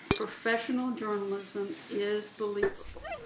professional journalism is believable.